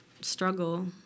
struggle